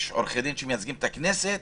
יש עורכי דין שמייצגים את הכנסת,